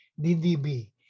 DDB